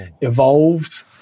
evolved